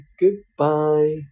goodbye